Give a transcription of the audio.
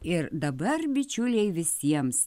ir dabar bičiuliai visiems